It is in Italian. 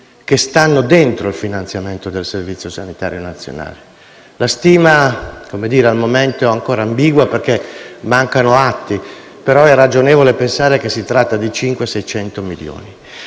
che stanno dentro il finanziamento del Servizio sanitario nazionale. La stima al momento è ancora ambigua perché mancano atti, ma è ragionevole pensare che si tratti di 500-600 milioni